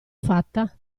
fatta